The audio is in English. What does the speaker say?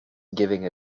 giving